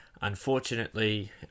unfortunately